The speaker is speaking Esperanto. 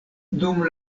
dum